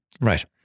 Right